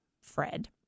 Fred